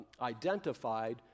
identified